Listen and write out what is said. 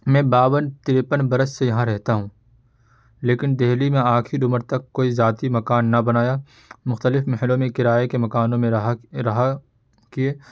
میں باون ترپن برس سے یہاں رہتا ہوں لیکن دہلی میں آخر عمر تک کوئی ذاتی مکان نہ بنایا مختلف محلوں میں کرائے کے مکانوں میں رہا رہا کیے